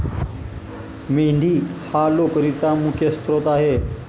मेंढी हा लोकरीचा मुख्य स्त्रोत आहे